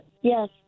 Yes